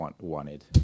wanted